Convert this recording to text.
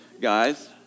guys